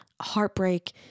heartbreak